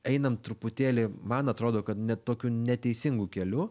einam truputėlį man atrodo kad ne tokiu neteisingu keliu